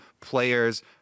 players